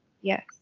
Yes